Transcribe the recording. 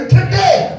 today